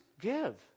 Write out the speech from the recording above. give